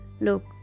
Look